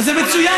זה מצוין.